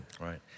Right